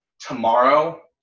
tomorrow